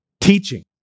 teaching